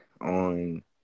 on